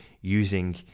using